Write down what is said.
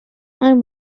mind